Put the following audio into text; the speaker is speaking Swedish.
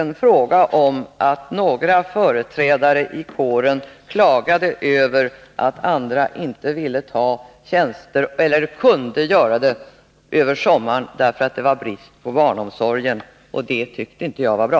Några företrädare för kåren klagade över att andra inte ville eller inte kunde ta tjänster över sommaren på grund av brister i barnomsorgen, och det tyckte jag inte var bra.